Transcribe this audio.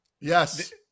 Yes